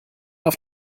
auf